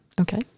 Okay